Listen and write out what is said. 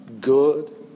good